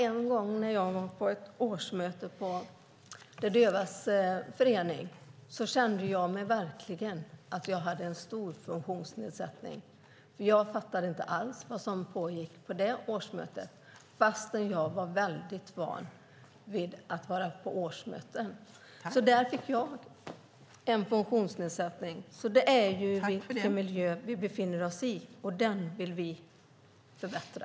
En gång när jag var på ett årsmöte på Dövas Förening kände jag verkligen att jag hade en stor funktionsnedsättning. Jag fattade inte alls vad som pågick på det årsmötet fast jag är van vid att vara på årsmöten. Där hade jag en funktionsnedsättning. Det handlar om den miljö vi befinner oss i, och den vill vi förbättra.